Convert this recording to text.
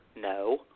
no